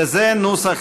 וזה נוסח